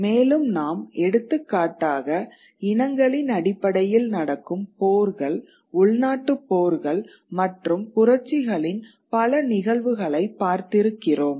மேலும் நாம் எடுத்துக்காட்டாக இனங்களின் அடிப்படையில் நடக்கும் போர்கள் உள்நாட்டுப் போர்கள் மற்றும் புரட்சிகளின் பல நிகழ்வுகளை பார்த்திருக்கிறோம்